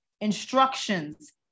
instructions